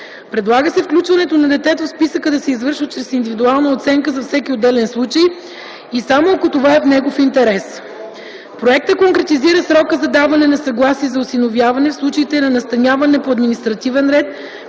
Предлага се включването на детето в списъка да се извършва след индивидуална оценка за всеки отделен случай и само ако това е в негов интерес. Проектът конкретизира срока за даване на съгласие за осиновяване в случаите на настаняване по административен ред